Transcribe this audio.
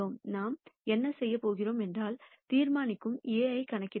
நாம் என்ன செய்கிறோம் என்றால் தீர்மானிக்கும் A ஐக் கணக்கிடுகிறோம்